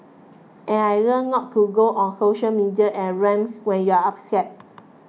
and I've learnt not to go on social media and rant when you're upset